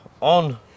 on